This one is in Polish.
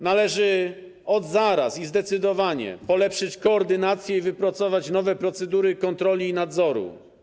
Należy od zaraz i zdecydowanie polepszyć koordynację i wypracować nowe procedury kontroli i nadzoru.